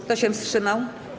Kto się wstrzymał?